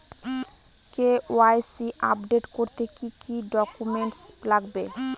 KYC update করতে কি কি ডকুমেন্টস লাগবে?